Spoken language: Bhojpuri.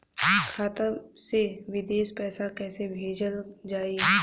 खाता से विदेश पैसा कैसे भेजल जाई?